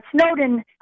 Snowden